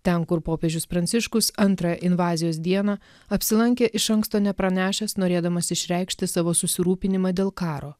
ten kur popiežius pranciškus antrą invazijos dieną apsilankė iš anksto nepranešęs norėdamas išreikšti savo susirūpinimą dėl karo